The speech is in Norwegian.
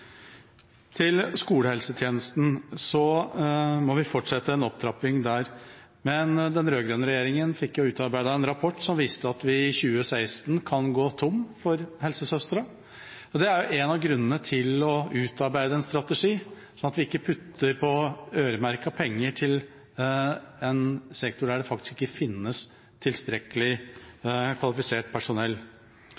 gjelder skolehelsetjenesten, må vi fortsette en opptrapping . Den rød-grønne regjeringen fikk utarbeidet en rapport som viste at vi i 2016 kan gå tom for helsesøstre. Det er en av grunnene til å utarbeide en strategi, sånn at vi ikke putter på øremerkede penger til en sektor der det faktisk ikke finnes tilstrekkelig